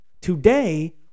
Today